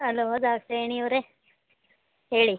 hello ದಾಕ್ಷಾಯಿಣಿಯವರೇ ಹೇಳಿ